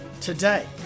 Today